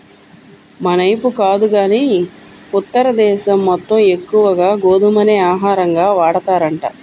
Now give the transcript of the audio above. మనైపు కాదు గానీ ఉత్తర దేశం మొత్తం ఎక్కువగా గోధుమనే ఆహారంగా వాడతారంట